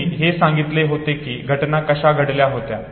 तुम्ही हे सांगितले होते कि घटना कशा घडल्या होत्या